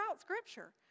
Scripture